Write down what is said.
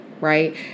Right